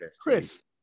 chris